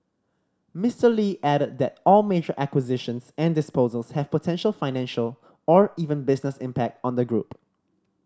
Mister Lee added that all major acquisitions and disposals have potential financial or even business impact on the group